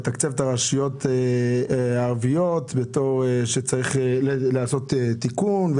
לתקצב את הרשויות הערביות מאחר שצריך לעשות תיקון.